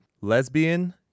Lesbian